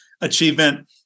achievement